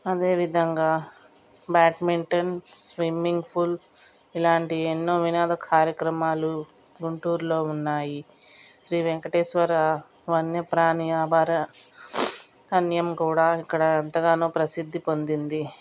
అదేవిధంగా badminton swimming pool ఇలాంటి ఎన్నో వినోద కార్యక్రమాలు గుంటూరులో ఉన్నాయి శ్రీ వెంకటేశ్వర వన్యప్రాణి అభయారణ్యం కూడా ఇక్కడ ఎంతగానో ప్రసిద్ధి పొందింది